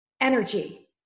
energy